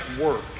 work